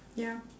ya